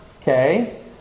okay